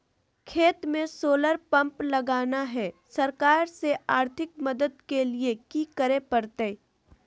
खेत में solar pump लगाना है, सरकार से आर्थिक मदद के लिए की करे परतय?